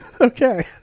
Okay